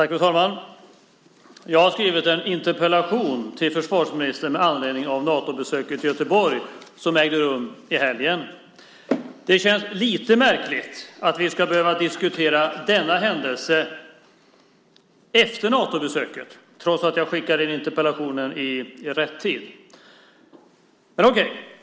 Fru talman! Jag har skrivit en interpellation till försvarsministern med anledning av Natobesöket i Göteborg som ägde rum i helgen. Det känns lite märkligt att vi ska behöva diskutera denna händelse efter Natobesöket, trots att jag skickade in interpellationen i rätt tid - men, okej.